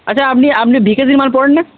আচ্ছা আপনি আপনি বিকেসির মাল পড়েন না